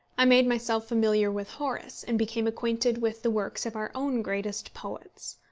i made myself familiar with horace, and became acquainted with the works of our own greatest poets.